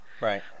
right